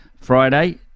Friday